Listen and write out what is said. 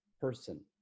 person